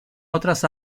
otras